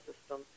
system